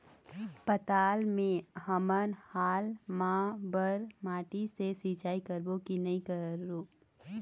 पताल मे हमन हाल मा बर माटी से सिचाई करबो की नई करों?